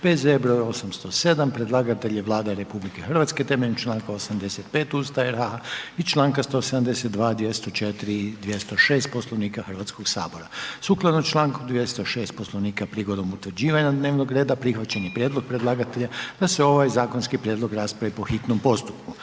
P.Z. br. 807; Predlagatelj je Vlada RH temeljem članka 85. Ustava RH i članka 172., 204. i 206. Poslovnika Hrvatskog sabora. Sukladno članku 206. Poslovnika prigodom utvrđivanja dnevnog reda prihvaćen je prijedlog predlagatelja da se ovaj zakonski prijedlog raspravi po hitnom postupku.